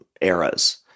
eras